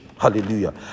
Hallelujah